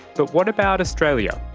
but what about australia?